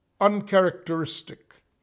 uncharacteristic